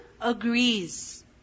agrees